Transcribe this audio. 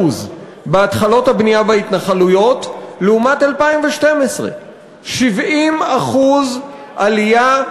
בהתחלות הבנייה בהתנחלויות לעומת 2012. 70% עלייה,